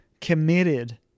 committed